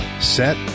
set